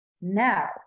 now